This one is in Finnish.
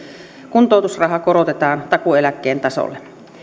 kuntoutusraha korotetaan takuueläkkeen tasolle